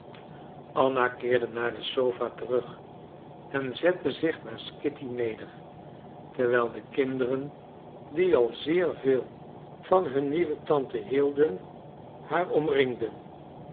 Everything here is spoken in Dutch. anna keerde naar de sofa terug en zette zich naast kitty neder terwijl de kinderen die al zeer veel van hun nieuwe tante hielden haar omringden